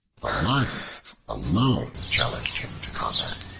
lion alone challenged him to combat.